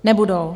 Nebudou!